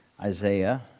Isaiah